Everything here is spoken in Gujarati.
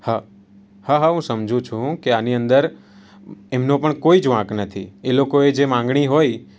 હા હા હા હું સમજુ છુ કે આની અંદર એમનો પણ કોઈ જ વાંક નથી એ લોકોએ જે માંગણી હોય